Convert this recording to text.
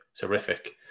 Terrific